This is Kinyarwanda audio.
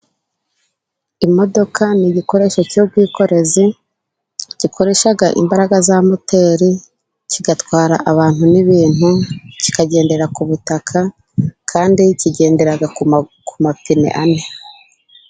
Imodoka ni igikoresho cy'ubwikorezi ,gikoresha imbaraga za moteri ,kigatwara abantu n'ibintu kikagendera ku butaka, kandi kigendera ku ku mapine ane.